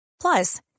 plus